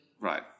right